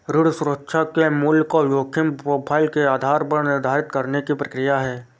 ऋण सुरक्षा के मूल्य को जोखिम प्रोफ़ाइल के आधार पर निर्धारित करने की प्रक्रिया है